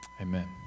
amen